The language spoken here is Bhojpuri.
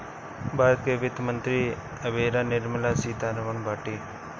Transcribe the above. भारत के वित्त मंत्री एबेरा निर्मला सीता रमण बाटी